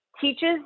teaches